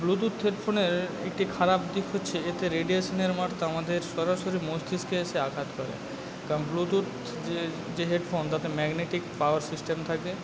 Bluetooth হেডফোনের একটি খারাপ দিক হচ্ছে এতে রেডিয়েশানের আমাদের সরাসরি মস্তিষ্কে এসে আঘাত করে কারণ ব্লুটুথ যে যে হেডফোন তাতে ম্যাগনেটিক পাওয়ার সিস্টেম থাকে